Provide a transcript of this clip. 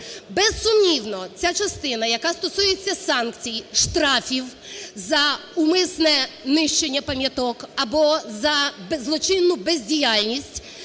Безсумнівно, ця частина, яка стосується санкцій, штрафів за умисне нищення пам'яток або за беззлочинну бездіяльність,